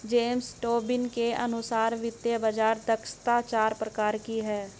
James Tobin के अनुसार वित्तीय बाज़ार दक्षता चार प्रकार की है